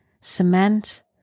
cement